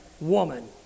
woman